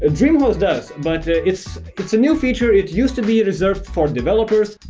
ah dreamhost does but it's it's a new feature it used to be reserved for developers.